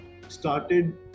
started